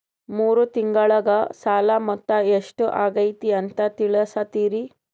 ಮೂರು ತಿಂಗಳಗೆ ಸಾಲ ಮೊತ್ತ ಎಷ್ಟು ಆಗೈತಿ ಅಂತ ತಿಳಸತಿರಿ?